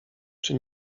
czy